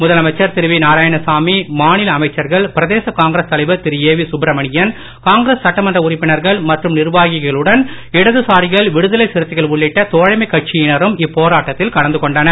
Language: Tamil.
முதலமைச்சர் திரு வி நாராயணசாமி மாநில அமைச்சர்கள் பிரதேச காங்கிரஸ் தலைவர் திரு ஏவி சுப்பிரமணியன் காங்கிரஸ் சட்டமன்ற உறுப்பினர்கள் மற்றும் நிர்வாகிகளுடன் இடது சாரிகள் விடுதலை சிறுத்தைகள் உள்ளிட்ட தோழமைக் கட்சியினரும் இப்போராட்டத்தில் கலந்து கொண்டனர்